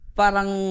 parang